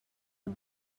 the